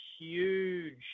huge